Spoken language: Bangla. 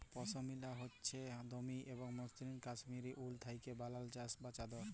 পশমিলা হছে দামি এবং মসৃল কাশ্মীরি উল থ্যাইকে বালাল শাল বা চাদর